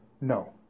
No